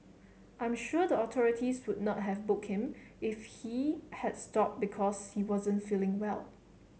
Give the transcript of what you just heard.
I'm sure the authorities would not have book him if he had stop because he wasn't feeling well